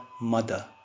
mother